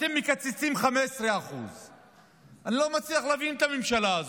אתם מקצצים 15%. אני לא מצליח להבין את הממשלה הזאת.